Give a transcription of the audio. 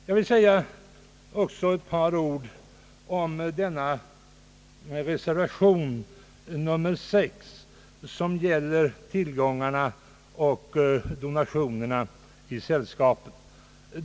| Jag vill också anföra ett par ord om reservation nr 6, som gäller tillgångarna inom och donationerna till sällskapen.